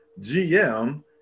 GM